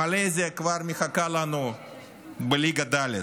מלזיה כבר מחכה לנו בליגה ד'.